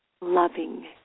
loving